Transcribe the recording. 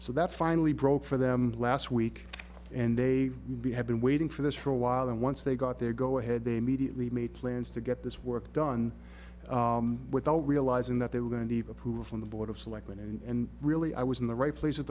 so that finally broke for them last week and they have been waiting for this for a while and once they got their go ahead they mediately made plans to get this work done without realizing that they were going to leave approval from the board of selectmen and really i was in the right place at